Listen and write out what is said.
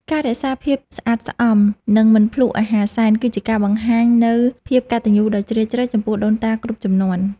ការរក្សាភាពស្អាតស្អំ និងមិនភ្លក្សអាហារសែន គឺជាការបង្ហាញនូវភាពកតញ្ញូដ៏ជ្រាលជ្រៅចំពោះដូនតាគ្រប់ជំនាន់។